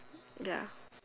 ya